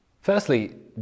firstly